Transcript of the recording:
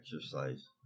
exercise